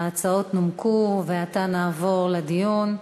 ההצעות נומקו, ועתה נעבור לדיון.